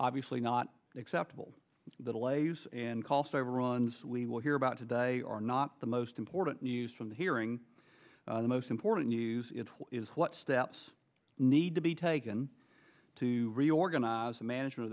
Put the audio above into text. obviously not acceptable the delays and cost overruns we will hear about today are not the most important news from the hearing the most important news is what steps need to be taken to reorganize the manage